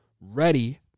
ready